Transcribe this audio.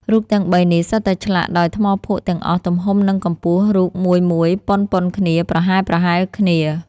រូបទាំង ៣ នេះសុទ្ធតែឆ្លាក់ដោយថ្មភក់ទាំងអស់ ទំហំនិងកម្ពស់រូបមួយៗ ប៉ុនៗគ្នា ប្រហែលៗគ្នា